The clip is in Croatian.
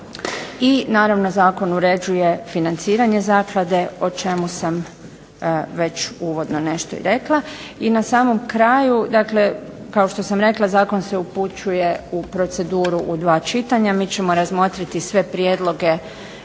I naravno zakon uređuje financiranje zaklade, o čemu sam već uvodno nešto i rekla. I na samom kraju dakle kao što sam rekla zakon se upućuje u proceduru u dva čitanja, mi ćemo razmotriti sve prijedloge